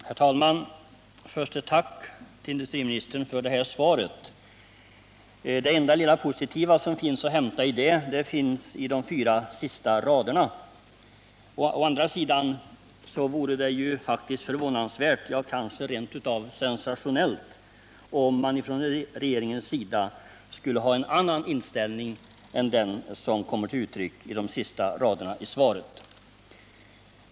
Herr talman! Först ett tack till industriministern för det här svaret. Det enda lilla positiva som finns att hämta däri finns i de fyra sista raderna. Å andra sidan vore det faktiskt förvånansvärt, ja, rent sensationellt om man från regeringens sida skulle ha en annan inställning än den som kom till uttryck i de sista raderna i svaret.